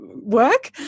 work